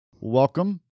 welcome